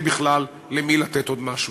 יהיה בכלל למי לתת עוד משהו.